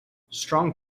strong